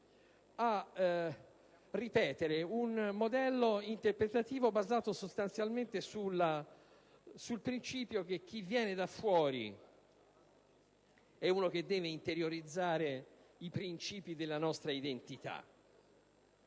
a riproporre un modello interpretativo basato sostanzialmente sul principio che chi viene da fuori deve interiorizzare i principi della nostra identità.